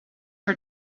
for